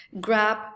grab